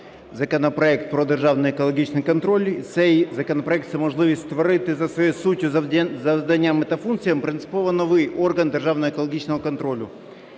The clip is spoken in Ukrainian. законопроект про державний екологічний контроль. Цей законопроект, це можливість створити за своєю суттю, завданнями та функціями принципово новий орган державного екологічного контролю.